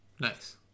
Nice